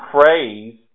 phrase